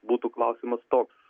būtų klausimas toks